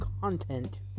content